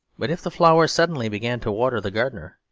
but if the flower suddenly began to water the gardener,